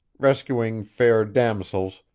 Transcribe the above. rescuing fair damosels,